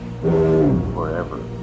forever